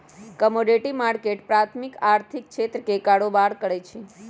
commodity market प्राथमिक आर्थिक क्षेत्र में कारबार करै छइ